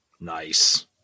nice